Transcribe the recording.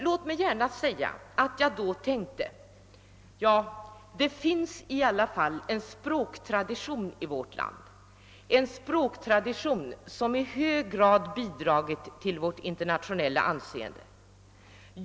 Jag vill gärna framhålla att jag då tänkte att det i alla fall finns en språktradition i vårt land, vilken i hög grad bidragit till vårt internationella anseende.